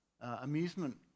amusement